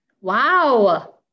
Wow